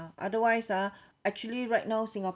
otherwise ah actually right now singapore